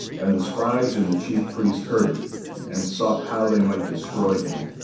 and the scribes and the chief priest heard it and sought how they might destroy him,